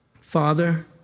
Father